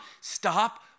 stop